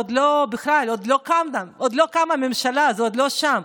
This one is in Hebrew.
עוד לא קמה ממשלה, זה עוד לא שם.